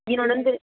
இன்னொன்னு வந்து